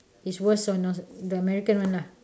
is worse on those the american one lah